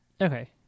Okay